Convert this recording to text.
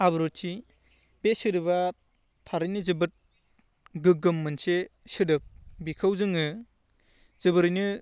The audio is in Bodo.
आब्रुथि बे सोदोबा थारैनो जोबोद गोग्गोम मोनसे सोदोब बेखौ जोङो जोबोरैनो